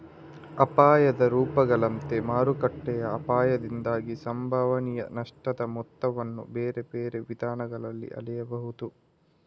ಅಪಾಯದ ರೂಪಗಳಂತೆ ಮಾರುಕಟ್ಟೆಯ ಅಪಾಯದಿಂದಾಗಿ ಸಂಭವನೀಯ ನಷ್ಟದ ಮೊತ್ತವನ್ನು ಬೇರೆ ಬೇರೆ ವಿಧಾನಗಳಲ್ಲಿ ಅಳೆಯಬಹುದು